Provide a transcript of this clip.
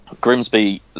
Grimsby